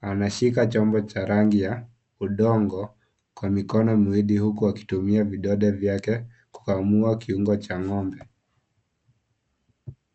Anashika chombo cha rangi ya udongo kwa mikono miwili huku akitumia vidole vyake kukamua kiungo cha ng'ombe.